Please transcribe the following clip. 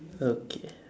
okay